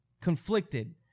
conflicted